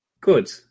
Good